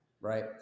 right